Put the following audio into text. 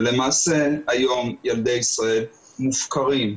למעשה היום ילדי ישראל מופקרים.